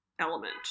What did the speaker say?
element